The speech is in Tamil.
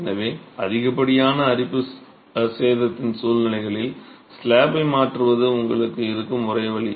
எனவே அதிகப்படியான அரிப்பு சேதத்தின் சூழ்நிலைகளில் ஸ்லாப்பை மாற்றுவது உங்களுக்கு இருக்கும் ஒரே வழி